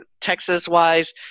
Texas-wise